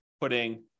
putting